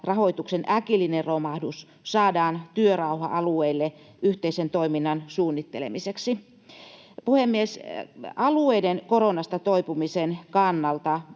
rahoituksen äkillinen romahdus saadaan työrauha alueille yhteisen toiminnan suunnittelemiseksi. Puhemies! Alueiden koronasta toipumisen kannalta